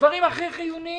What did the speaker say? בדברים הכי חיוניים,